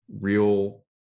real